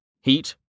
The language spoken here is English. Heat